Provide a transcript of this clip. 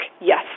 yes